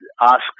ask